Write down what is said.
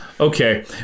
Okay